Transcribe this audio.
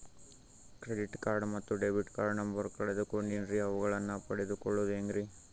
Credit card ಮತ್ತು debit card number ಕಳೆದುಕೊಂಡಿನ್ರಿ ಅವುಗಳನ್ನ ಪಡೆದು ಕೊಳ್ಳೋದು ಹೇಗ್ರಿ?